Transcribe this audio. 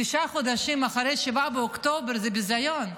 תשעה חודשים אחרי 7 באוקטובר, זה ביזיון.